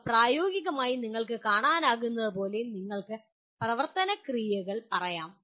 ഇവ പ്രായോഗികമായി നിങ്ങൾക്ക് കാണാനാകുന്നതുപോലെ നിങ്ങൾക്ക് പ്രവർത്തന ക്രിയകൾ പറയാം